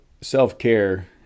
self-care